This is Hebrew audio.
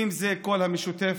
אם זה כל המשותפת,